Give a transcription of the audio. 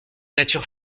nature